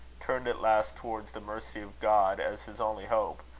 turned at last towards the mercy of god as his only hope,